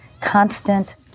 constant